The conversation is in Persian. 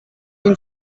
این